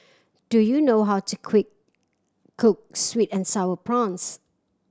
do you know how to quick cook sweet and Sour Prawns